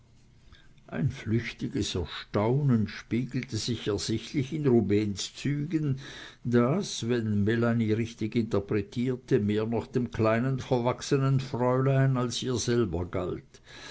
ein flüchtiges erstaunen spiegelte sich ersichtlich in rubehns zügen das wenn melanie richtig interpretierte mehr noch dem kleinen verwachsenen fräulein als ihr selber galt